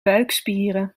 buikspieren